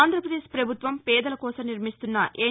ఆంధ్రాపదేశ్ పభుత్వం పేదల కోసం నిర్మిస్తున్న ఎన్